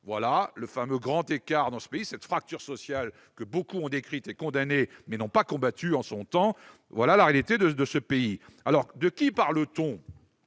Voilà le fameux grand écart dans ce pays, cette fracture sociale que beaucoup ont décrite et condamnée, mais n'ont pas combattue en son temps ! Voilà la réalité ! De qui parle-t-on